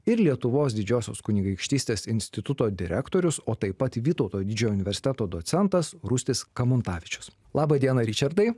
ir lietuvos didžiosios kunigaikštystės instituto direktorius o taip pat vytauto didžiojo universiteto docentas rustis kamuntavičius laba diena ričardai